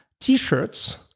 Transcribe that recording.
T-shirts